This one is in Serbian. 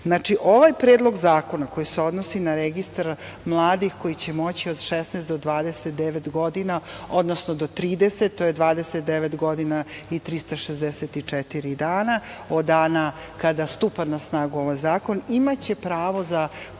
Znači, ovaj predlog zakona koji se odnosi na registar mladih koji će moći od 16 do 29 godina, odnosno do 30, to je 29 godina i 364 dana, od dana kada stupa na snagu ovaj zakon, imaće pravo za